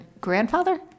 grandfather